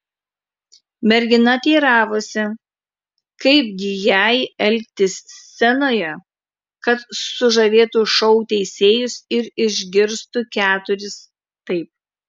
mergina teiravosi kaip gi jai elgtis scenoje kad sužavėtų šou teisėjus ir išgirstų keturis taip